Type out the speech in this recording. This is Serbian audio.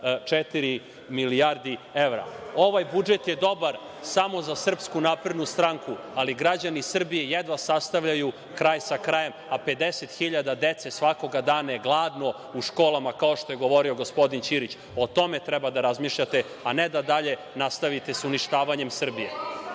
milijarde evra. Ovaj budžet je dobar samo za SNS, ali građani Srbije jedva sastavljaju kraj sa krajem, a 50 hiljada dece svakoga dana je gladno u školama kao što je govorio gospodin Ćirić. O tome treba da razmišljate, a ne da dalje nastavite sa uništavanjem Srbije.